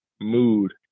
mood